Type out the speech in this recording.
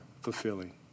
fulfilling